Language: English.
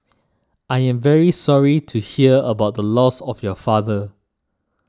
I am very sorry to hear about the loss of your father